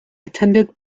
attended